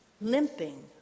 limping